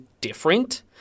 different